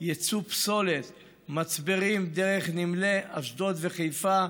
ייצוא פסולת מצברים דרך נמלי אשדוד וחיפה,